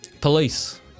police